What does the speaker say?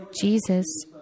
Jesus